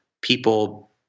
people